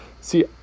See